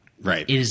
Right